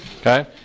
Okay